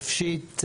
נפשית,